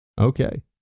Okay